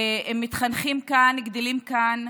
מתחנכים כאן, גדלים כאן,